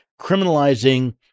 criminalizing